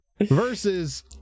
versus